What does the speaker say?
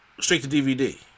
straight-to-DVD